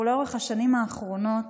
לאורך השנים האחרונות